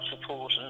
support